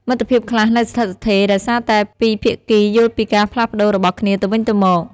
មិត្តភាពខ្លះនៅស្ថិតស្ថេរដោយសារទាំងពីរភាគីយល់ពីការផ្លាស់ប្តូររបស់គ្នាទៅវិញទៅមក។